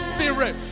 Spirit